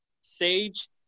Sage